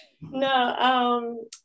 No